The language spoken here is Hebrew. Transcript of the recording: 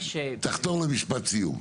תחתור למשפט סיום.